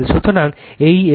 সুতরাং এই RL